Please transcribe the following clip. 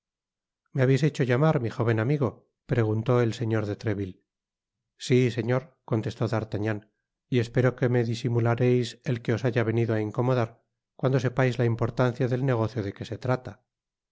me habeis hecho llamar mi jóven amigo preguntó al señor de treville si señor contestó d'artagnan y espero que me disimulareis el que os haya venido á incomodar cuando sepais la importancia del negocio de que se trata